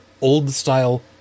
old-style